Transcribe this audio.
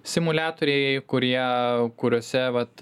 simuliatoriai kurie kuriose vat